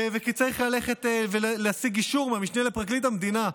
וכי צריך ללכת ולהשיג אישור מהמשנה לפרקליט המדינה.